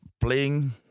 playing